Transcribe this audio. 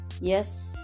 yes